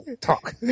talk